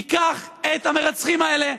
תיקח את המרצחים האלה,